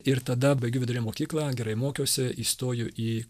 ir tada baigiau vidurinę mokyklą gerai mokiausi įstoju į